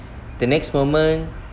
the next moment